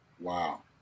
Wow